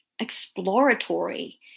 exploratory